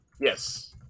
Yes